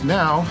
now